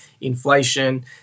inflation